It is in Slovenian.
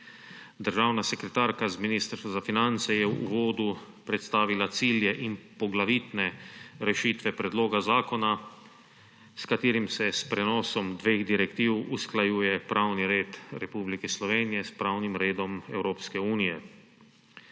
Državna sekretarka iz Ministrstva za finance je v uvodu predstavila cilje in poglavitne rešitve predloga zakona, s katerim se s prenosom dveh direktiv usklajujejo pravi red Republike Slovenije s pravnim redom Evropske unije.